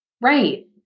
Right